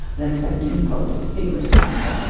then seventeen fold. it's a big risk factor.